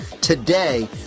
today